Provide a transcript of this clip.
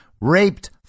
raped